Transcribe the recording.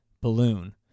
balloon